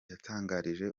yatangarije